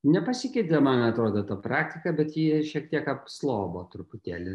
nepasikeitė man atrodo ta praktika bet ji šiek tiek apslobo truputėlį